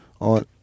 On